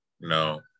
no